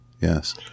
Yes